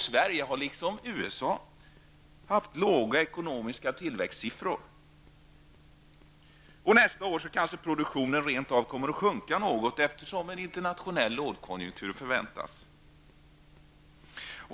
Sverige har liksom USA haft låga ekonomiska tillväxtsiffror. Nästa år kanske produktionen rent av kommer att sjunka något, eftersom en internationell lågkonjunktur förväntas.